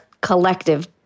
collective